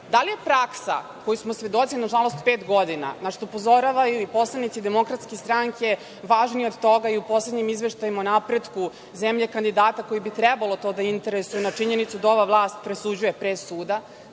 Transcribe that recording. li je praksa čiji smo svedoci, nažalost, pet godina, našta upozoravaju i poslanici DS važnija od toga u poslednjim izveštajima o napretku zemlje kandidata koji bi trebalo to da interesuje, na činjenicu da ova vlast presuđuje pre suda,